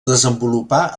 desenvolupà